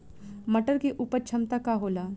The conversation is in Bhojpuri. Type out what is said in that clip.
मटर के उपज क्षमता का होला?